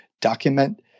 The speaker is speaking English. document